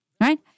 Right